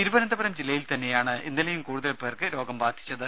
തിരുവനന്തപുരം ജില്ലയിൽ തന്നെയാണ് ഇന്നലെയും കൂടുതൽ പേർക്ക് രോഗം ബാധിച്ചത്